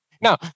Now